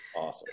Awesome